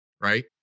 Right